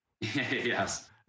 yes